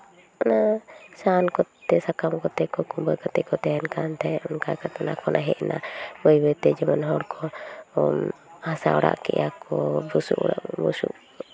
ᱥᱟᱦᱟᱱ ᱠᱚᱛᱮ ᱥᱟᱠᱟᱢ ᱠᱚᱛᱮ ᱠᱚ ᱠᱩᱢᱵᱟᱹ ᱠᱟᱛᱮ ᱠᱚ ᱛᱟᱦᱮᱱ ᱠᱟᱱ ᱛᱟᱦᱮᱸᱜ ᱚᱱᱠᱟ ᱜᱷᱚᱴᱱᱟ ᱠᱷᱚᱱᱟᱜ ᱦᱮᱡ ᱱᱟ ᱵᱟᱹᱭ ᱵᱟᱹᱭ ᱛᱮ ᱡᱮᱢᱚᱱ ᱦᱚᱲ ᱠᱚᱦᱚᱸ ᱦᱟᱥᱟ ᱚᱲᱟᱜ ᱠᱮᱜᱼᱟ ᱠᱚ ᱵᱩᱥᱩᱵ ᱚᱲᱟᱜ ᱵᱩᱥᱩᱵ